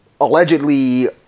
Allegedly